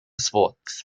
sports